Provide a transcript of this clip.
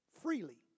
freely